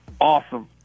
awesome